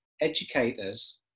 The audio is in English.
educators